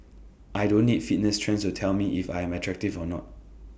I don't need fitness trends to tell me if I'm attractive or not